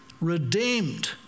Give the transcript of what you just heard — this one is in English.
redeemed